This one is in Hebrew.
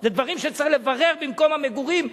זה דברים שצריך לברר במקום המגורים,